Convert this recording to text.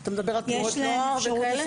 אתה מדבר על תנועות נוער וכאלה?